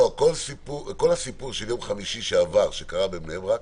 כל הסיפור של יום חמישי שעבר שקרה בבני ברק